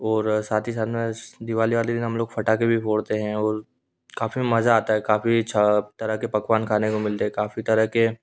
और साथ ही साथ में दीवाली वाले दिन हम लोग पटाखे भी फोड़ते हें और काफ़ी मज़ा आता है काफ़ी अच्छे तरह के पकवान खाने को मिलते हैं काफ़ी तरह के